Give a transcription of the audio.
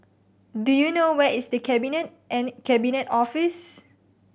do you know where is The Cabinet and Cabinet Office